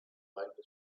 magma